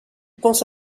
pense